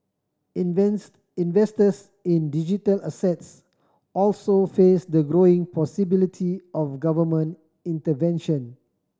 investors in digital assets also face the growing possibility of government intervention